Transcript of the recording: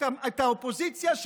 את האופוזיציה,